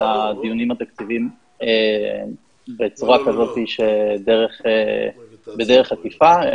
הדיונים התקציביים בצורה כזאת בדרך עקיפה,